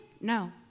No